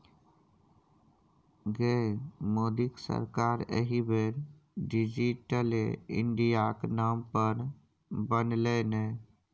गै मोदीक सरकार एहि बेर डिजिटले इंडियाक नाम पर बनलै ने